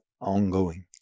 ongoing